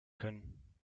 können